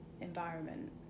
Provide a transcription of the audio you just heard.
environment